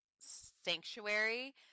sanctuary